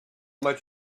much